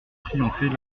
triompher